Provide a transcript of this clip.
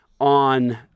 on